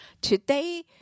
Today